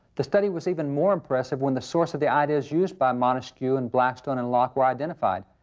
the study was even more impressive when the source of the ideas used by montesquieu and blackstone and locke were identified.